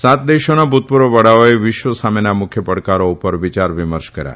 સાત દેશોના ભુતપુર્વ વડાઓ એ વિશ્વ સામેના મુખ્ય પડકારો ઉપર વિયાર વિમર્શ કર્યા